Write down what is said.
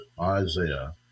Isaiah